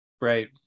Right